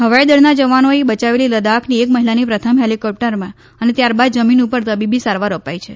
હવાઈ દળના જવાનોએ બચાવેલી લદ્દાખની એક મહિલાને પ્રથમ હેલીકોપ્ટરમાં અને ત્યારબાદ જમીન ઉપર તબીબી સારવાર અપાઈ છે